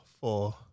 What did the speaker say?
four